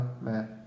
man